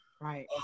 Right